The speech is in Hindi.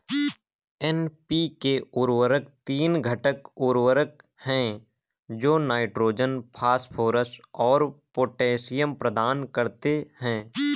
एन.पी.के उर्वरक तीन घटक उर्वरक हैं जो नाइट्रोजन, फास्फोरस और पोटेशियम प्रदान करते हैं